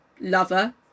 lover